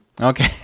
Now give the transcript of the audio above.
Okay